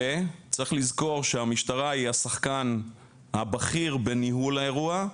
וצריך לזכור שהמשטרה היא השחקן הבכיר בניהול האירוע,